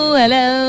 hello